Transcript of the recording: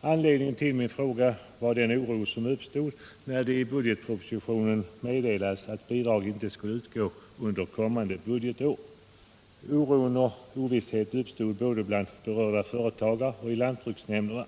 Anledningen till min fråga var den oro som uppstod när det i budgetpropositionen meddelades att bidrag inte skulle utgå under kommande budgetår. Oro och ovisshet uppstod både bland berörda företagare och i lantbruksnämnderna.